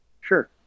Sure